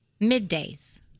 Middays